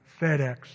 FedEx